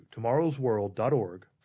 tomorrowsworld.org